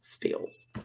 steals